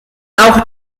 auch